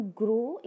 grow